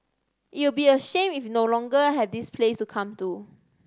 it'll be a shame if we no longer have this place to come to